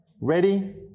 ready